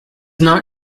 not